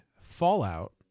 fallout